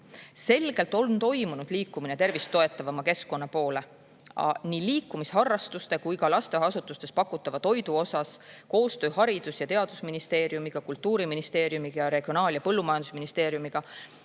Selgelt on toimunud liikumine tervist toetavama keskkonna poole nii liikumisharrastuste kui ka lasteasutustes pakutava toidu puhul. Koostöö Haridus‑ ja Teadusministeeriumiga, Kultuuriministeeriumiga ning Regionaal‑ ja Põllumajandusministeeriumiga